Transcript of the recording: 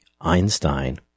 Einstein